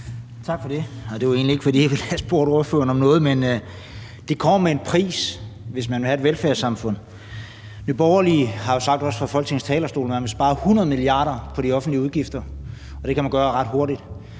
Tak for det. Det var egentlig ikke, fordi jeg ville have spurgt ordføreren om noget, men det kommer med en pris, hvis man vil have et velfærdssamfund. Nye Borgerlige har jo sagt fra Folketingets talerstol, at man vil spare 100 mia. kr. på de offentlige udgifter, og at det kan man gøre ret hurtigt.